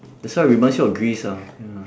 that's why it reminds you of greece ah ya